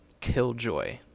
Killjoy